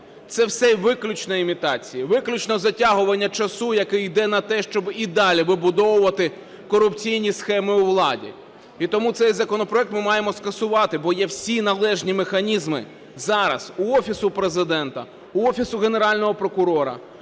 Це все виключно імітації. Виключно затягування часу, яке йде на те, щоб і далі вибудовувати корупційні схеми у владі. І тому цей законопроект ми маємо скасувати, бо є всі належні механізми зараз у Офісу Президента, у Офісу Генерального прокурора,